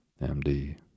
MD